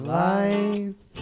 life